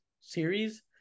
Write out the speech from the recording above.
series